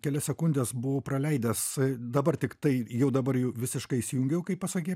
kelias sekundes buvau praleidęs dabar tiktai jau dabar jau visiškai įsijungiau kai pasakei